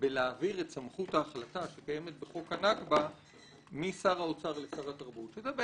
בלהעביר את סמכות ההחלטה שקיימת בחוק הנכבה משר האוצר לשר התרבות שזה,